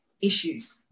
issues